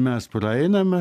mes praeiname